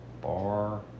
Bar